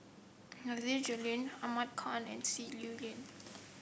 Nasir Jalil Ahmad Khan and Sim